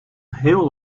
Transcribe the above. heel